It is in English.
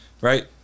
right